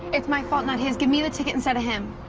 it's my fault, not his. give me the ticket instead of him.